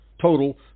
total